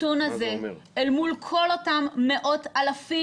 אני שמה את הנתון הזה אל מול כל אותם מאות אלפים,